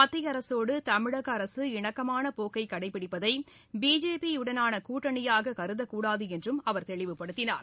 மத்திய அரசோடு தமிழக அரசு இணக்கமாள போக்கை கடைபிடிப்பதை பிஜேபி யுடனான கூட்டணியாக கருதக்கூடாது என்றும் அவர் தெளிவுபடுத்தினார்